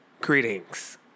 greetings